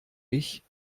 ich